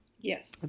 Yes